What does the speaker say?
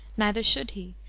neither should he,